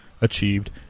achieved